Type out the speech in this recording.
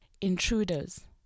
Intruders